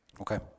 Okay